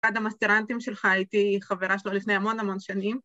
אחד המסטרנטים שלך הייתי חברה שלו לפני המון המון שנים.